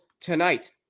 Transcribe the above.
tonight